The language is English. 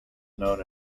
known